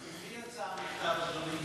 אז ממי יצא המכתב, אדוני?